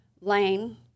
Lane